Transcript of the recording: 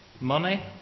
money